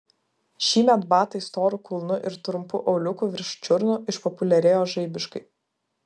šįmet batai storu kulnu ir trumpu auliuku virš čiurnų išpopuliarėjo žaibiškai